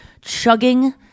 chugging